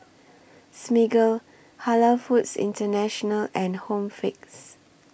Smiggle Halal Foods International and Home Fix